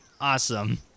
Awesome